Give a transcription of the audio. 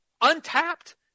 untapped